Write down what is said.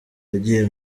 yagiye